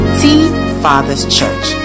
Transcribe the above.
tfatherschurch